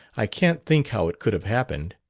i can't think how it could have happened.